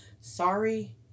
Sorry